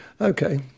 okay